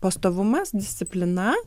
pastovumas disciplina